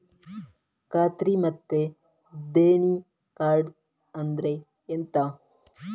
ಖಾತ್ರಿ ಮತ್ತೆ ದೇಣಿ ಕಾರ್ಡ್ ಅಂದ್ರೆ ಎಂತ?